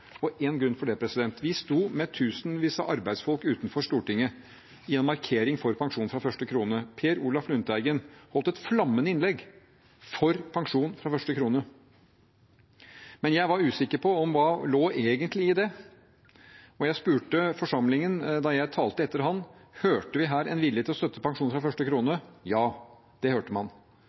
Og én grunn til det: Vi sto med tusenvis av arbeidsfolk utenfor Stortinget i en markering for pensjon fra første krone. Per Olaf Lundteigen holdt et flammende innlegg for pensjon fra første krone. Men jeg var usikker på hva som egentlig lå i det, og jeg spurte forsamlingen da jeg talte etter ham: Hørte vi her en vilje til å støtte pensjon fra første krone? – Ja, det hørte man.